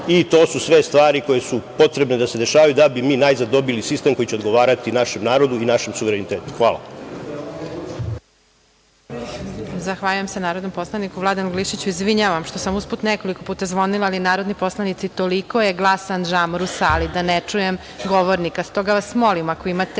i to su sve stvari koje su potrebne da se dešavaju da bi mi najzad dobili sistem koji će odgovarati našem narodu i našem suverenitetu. Hvala.